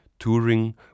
touring